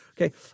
Okay